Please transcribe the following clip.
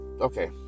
Okay